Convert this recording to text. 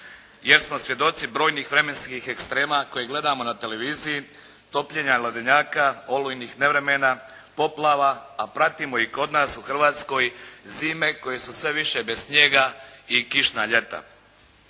jer smo svjedoci brojnih vremenskih ekstrema koje gledamo na televiziji, topljenja ledenjaka, olujnih nevremena, poplava, a pratimo i kod nas u Hrvatskoj zime koje su sve više bez snijega i kišna ljeta.